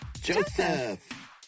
Joseph